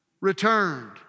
returned